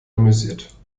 amüsiert